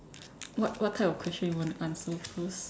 what what type of question you wanna answer first